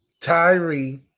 Tyree